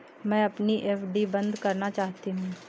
मैं अपनी एफ.डी बंद करना चाहती हूँ